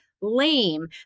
lame